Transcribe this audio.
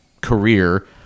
career